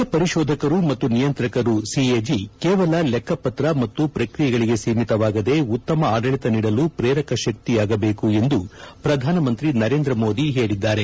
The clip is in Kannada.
ಲೆಕ್ನ ಪರಿಶೋಧಕರು ಮತ್ತು ನಿಯಂತ್ರಕರು ಸಿಎಜಿ ಕೇವಲ ಲೆಕ್ನ ಪತ್ರ ಮತ್ತು ಪ್ರಕ್ರಿಯೆಗಳಿಗೆ ಸೀಮಿತವಾಗದೆ ಉತ್ತಮ ಆದಳಿತ ನೀಡಲು ಪ್ರೇರಕ ಶಕ್ತಿಯಾಗಬೇಕು ಎಂದು ಪ್ರಧಾನಮಂತ್ರಿ ನರೇಂದ್ರ ಮೋದಿ ಹೇಳಿದ್ದಾರೆ